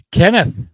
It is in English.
Kenneth